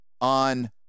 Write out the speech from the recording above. on